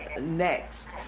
next